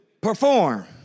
perform